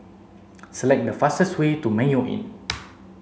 select the fastest way to Mayo Inn